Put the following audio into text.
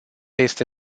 este